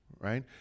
right